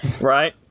right